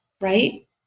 Right